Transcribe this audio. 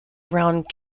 around